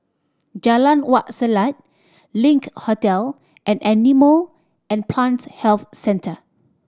Jalan Wak Selat Link Hotel and Animal and Plant Health Centre